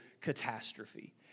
catastrophe